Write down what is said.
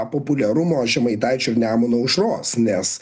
populiarumo žemaitaičio ir nemuno aušros nes